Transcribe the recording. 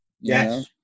Yes